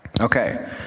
Okay